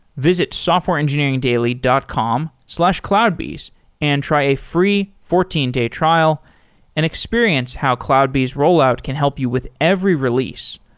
visit softwareengineeringdaily dot com slash cloudbees and try a free fourteen day trial and experience how cloudbees rollout can help you with every release.